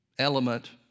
element